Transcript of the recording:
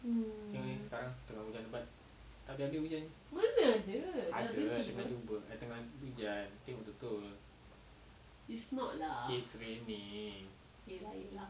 mm mana ada dah berhenti apa it's not lah ya lah ya lah